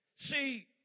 See